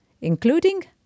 including